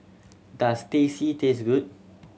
does Teh C taste good